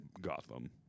Gotham